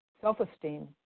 self-esteem